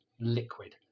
liquid